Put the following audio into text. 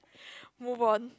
move on